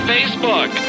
Facebook